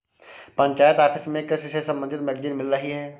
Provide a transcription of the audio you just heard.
panchayat office में कृषि से संबंधित मैगजीन मिल रही है